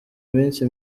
minsi